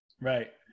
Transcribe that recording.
Right